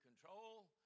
control